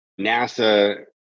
NASA